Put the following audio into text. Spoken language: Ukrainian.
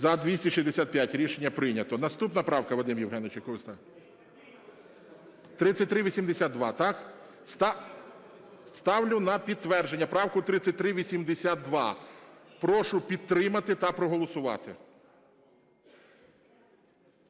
За-265 Рішення прийнято. Наступна правка, Вадим Євгенович, яку ви ставите? 3382, так? Ставлю на підтвердження правку 3382. Прошу підтримати та проголосувати.